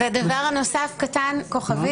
דבר נוסף קטן בכוכבית,